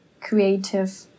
creative